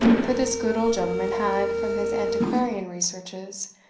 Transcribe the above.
for this good old gentleman had, from his antiquarian researches,